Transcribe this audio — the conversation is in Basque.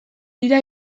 dira